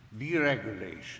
deregulation